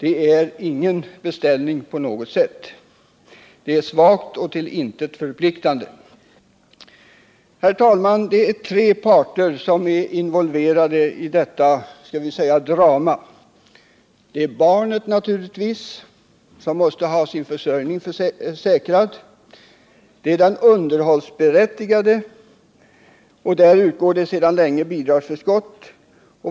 Detta är ju inte någon beställning. Det är svagt och till intet förpliktande. Herr talman! Det är tre parter involverade i detta drama —- jag använder det ordet. Det är barnet naturligtvis, som måste ha sin försörjning säkrad. Det är den underhållsberättigade — och där utgår sedan länge bidragsförskott.